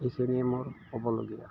এইখিনিয়েই মোৰ ক'বলগীয়া